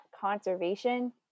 conservation